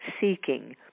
seeking